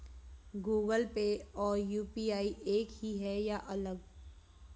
Google Pay और UPI एक ही है या अलग?